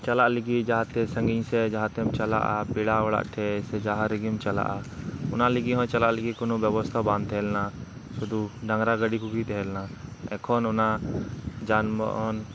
ᱪᱟᱞᱟᱜ ᱞᱟᱹᱜᱤᱫ ᱡᱟᱸᱦᱟ ᱛᱮ ᱥᱟᱺᱜᱤᱧ ᱥᱮᱫ ᱡᱟᱦᱟᱸᱛᱮᱢ ᱪᱟᱞᱟᱜᱼᱟ ᱯᱮᱲᱟ ᱚᱲᱟᱜ ᱥᱮᱫ ᱥᱮ ᱡᱟᱦᱟᱸ ᱨᱮᱜᱮᱢ ᱪᱟᱞᱟᱜᱼᱟ ᱚᱱᱟ ᱞᱟᱹᱜᱤᱫ ᱦᱚᱸ ᱪᱟᱞᱟᱜ ᱞᱟᱹᱜᱤᱫ ᱠᱳᱱᱳ ᱵᱮᱵᱚᱥᱛᱷᱟ ᱵᱟᱝ ᱛᱟᱦᱮᱸ ᱞᱮᱱᱟ ᱥᱩᱫᱩ ᱰᱟᱝᱨᱟ ᱜᱟᱹᱰᱤ ᱠᱚᱜᱮ ᱛᱟᱡᱮᱸᱞᱮᱱᱟ ᱮᱠᱷᱚᱱ ᱚᱱᱟ ᱡᱟᱱ ᱵᱟᱦᱚᱱ